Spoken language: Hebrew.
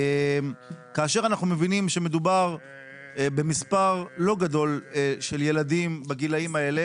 כאשר אנחנו מבינים שמדובר במספר לא גדול של ילדים בגילאים האלה